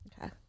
Okay